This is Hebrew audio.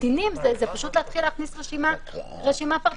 הקטינים זה פשוט להכניס רשימה פרטנית.